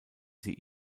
sie